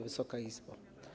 Wysoka Izbo!